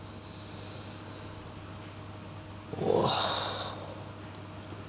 !wah!